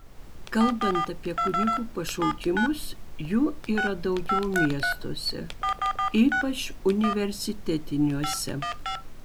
kalbant apie kunigų pašaukimus jų yra daugiau miestuose ypač universitetiniuose